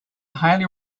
highly